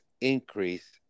increase